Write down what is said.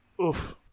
Oof